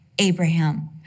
Abraham